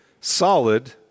solid